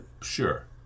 sure